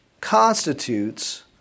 constitutes